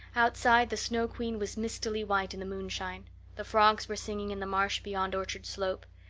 outside the snow queen was mistily white in the moonshine the frogs were singing in the marsh beyond orchard slope.